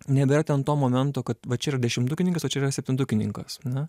nebėra ten to momento kad va čia yra dešimtukininkas o čia yra septintukininkas ane